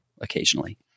occasionally